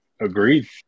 Agreed